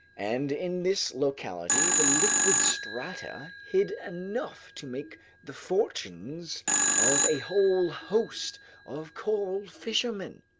and in this locality the liquid strata hid enough to make the fortunes of a whole host of coral fishermen.